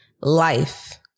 Life